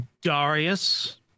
Darius